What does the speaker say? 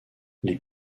les